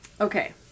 Okay